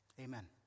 Amen